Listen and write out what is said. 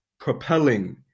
propelling